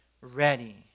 ready